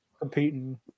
Competing